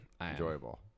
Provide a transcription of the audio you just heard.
enjoyable